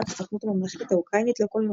הסוכנות הממלכתית האוקראינית לקולנוע.